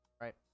right